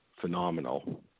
phenomenal